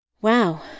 Wow